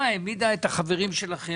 שאלתי את השאלה הזאת.